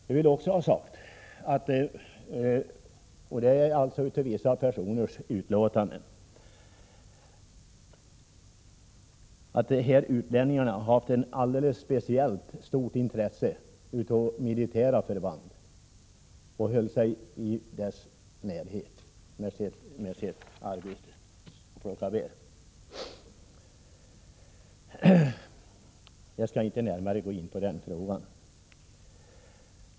Jag vill också ha sagt — och det är efter vissa utlåtanden — att dessa utlänningar haft ett alldeles speciellt stort intresse för militära förband och hållit sig i närheten av dessa. Jag skall inte närmare gå in på denna fråga.